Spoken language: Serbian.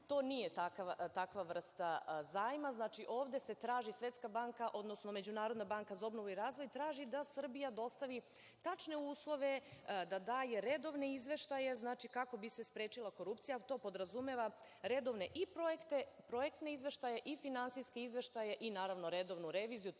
To nije takva vrsta zajma. Znači, ovde Svetska banka, odnosno Međunarodna banka za obnovu i razvoj traži da Srbija dostavi tačne uslove, da daje redovno izveštaje, znači kako bi se sprečila korupcija, to podrazumeva redovne i projekte, projektne izveštaje i finansijske izveštaje, i naravno redovnu reviziju,